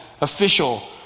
official